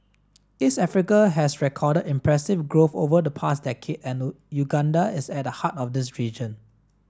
East Africa has recorded impressive growth over the past decade and Uganda is at the heart of this region